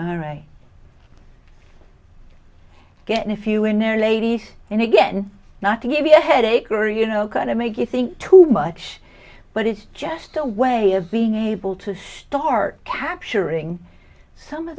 all right getting a few in there ladies and again not to give you a headache or you know kind of make you think too much but it's just a way of being able to start capturing some of